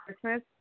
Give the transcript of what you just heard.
Christmas